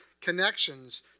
connections